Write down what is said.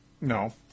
No